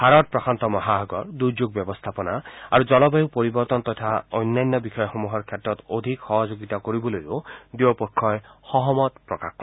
ভাৰত প্ৰশান্ত মহাসাগৰ দুৰ্যোগ ব্যৱস্থাপনা আৰু জলবায়ু পৰিৱৰ্তন তথা অন্যান্য বিষয়সমূহৰ ক্ষেত্ৰত অধিক সহযোগিতা কৰিবলৈকো দুয়ো পক্ষই সহমত প্ৰকাশ কৰে